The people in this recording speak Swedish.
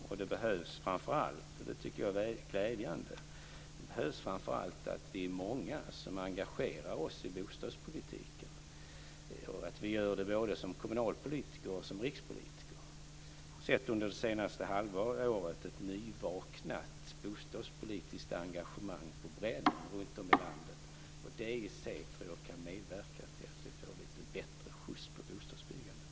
Och det behövs framför allt, vilket jag tycker är väldigt glädjande, att vi är många som engagerar oss i bostadspolitiken och att vi gör det både som kommunalpolitiker och som rikspolitiker. Under det senaste halvåret har jag sett ett nyvaknat bostadspolitiskt engagemang runtom i landet, och det i sig tror jag kan medverka till att vi får lite bättre skjuts på bostadsbyggandet.